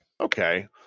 Okay